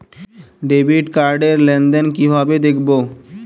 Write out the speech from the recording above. Debit card র লেনদেন কিভাবে দেখবো?